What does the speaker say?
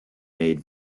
made